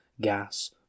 gas